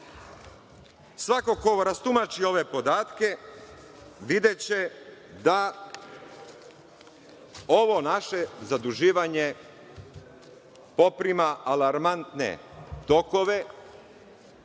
ko ovo rastumači ove podatke videće da ovo naše zaduživanje poprima alarmantne tokove